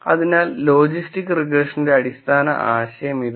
അതിനാൽ ലോജിസ്റ്റിക് റിഗ്രഷന്റെ അടിസ്ഥാന ആശയം ഇതാണ്